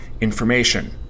information